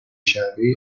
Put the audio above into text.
شرقی